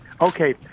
Okay